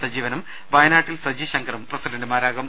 സജീവനും വയനാട്ടിൽ സജി ശങ്കറും പ്രസിഡന്റുമാരാകും